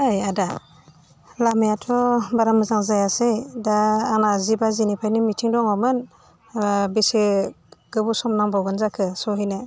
ओइ आदा लामायाथ' बारा मोजां जायासै दा आंना जि बाजिनिफायनो मिटिं दङमोन बेसे गोबाव सम नांबावगोन जाखो सहैनो